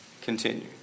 continue